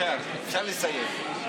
אפשר לסיים.